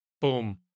Boom